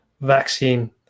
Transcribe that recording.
vaccine